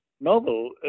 novel